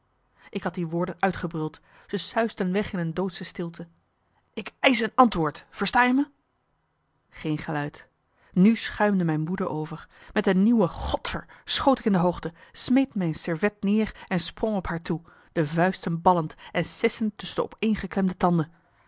ik had die woorden uitgebruld ze suisden weg in een doodsche stilte ik eisch een antwoord versta je me geen geluid nu schuimde mijn woede over met een nieuw godver schoot ik in de hoogte smeet mijn servet neer en sprong op haar toe de vuisten ballend en sissend tusschen de opeengeklemde tanden